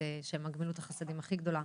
אחד הדברים שהם גמילות החסדים הכי גדולה.